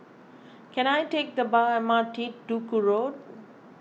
can I take the bar M R T Duku Road